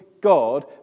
God